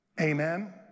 Amen